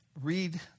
read